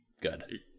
good